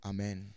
Amen